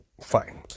fine